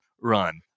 run